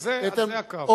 על זה הקרב.